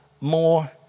more